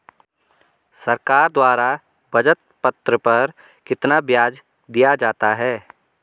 सरकार द्वारा बचत पत्र पर कितना ब्याज दिया जाता है?